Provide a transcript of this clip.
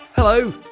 Hello